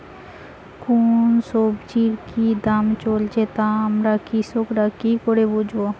কোন সব্জির কি দাম চলছে তা আমরা কৃষক রা কি করে বুঝবো?